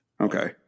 Okay